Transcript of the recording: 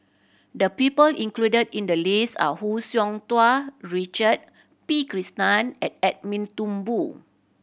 the people included in the list are Hu Tsu Tau Richard P Krishnan and Edwin Thumboo